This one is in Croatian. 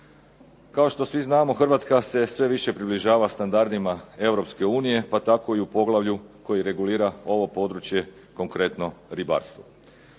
Kao što svi znamo, Hrvatska se sve više približava standardima Europske unije pa tako i u poglavlju koji regulira ovo područje, konkretno ribarstvo.